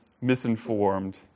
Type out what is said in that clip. misinformed